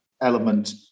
element